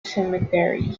cemetery